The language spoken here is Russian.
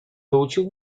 получил